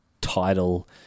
title